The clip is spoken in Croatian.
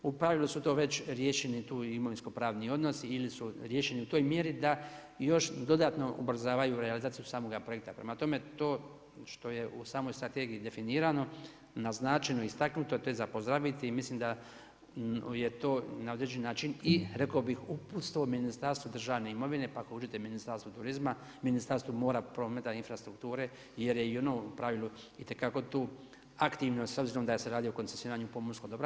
U pravilu su to već riješeni tu imovinsko-pravni odnosi ili su riješeni u toj mjeri da dodatno ubrzavaju realizaciju samoga projekta, prema tome to što je u samoj strategiji definirano, naznačeno, istaknuto, to je za pozdraviti i mislim da je to na određeni način i rekao bi uputstvo Ministarstvo državne imovine pa ako hoćete Ministarstvo turizma, Ministarstvo mora, prometa i infrastrukture jer je i ono u pravilu itekako tu aktivno s obzirom da se radi o koncesioniranju pomorskog dobra.